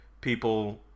people